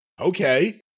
Okay